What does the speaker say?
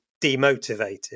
demotivated